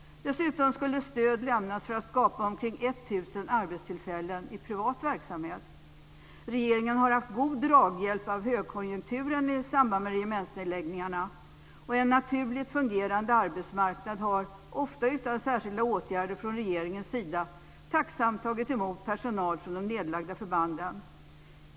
Dessutom skulle stöd lämnas för att skapa omkring 1 000 Regeringen har haft god draghjälp av högkonjunkturen i samband med regementsnedläggningarna. En naturligt fungerande arbetsmarknad har, ofta utan särskilda åtgärder från regeringens sida, tacksamt tagit emot personal från de nedlagda förbanden.